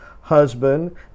husband